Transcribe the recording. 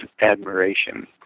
admiration